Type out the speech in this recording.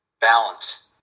balance